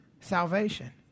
salvation